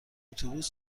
اتوبوس